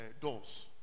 doors